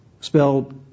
spelled